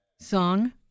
song